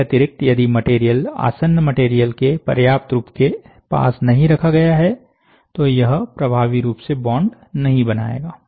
इसके अतिरिक्त यदि मटेरियल आसन्न मटेरियल के पर्याप्त रूप से पास नहीं रखा गया है तो यह प्रभावी रूप से बॉन्ड नहीं बनाएगा